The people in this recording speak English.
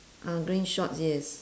mm green shorts yes